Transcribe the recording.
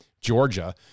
Georgia